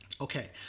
Okay